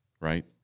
Right